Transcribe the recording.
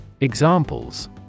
Examples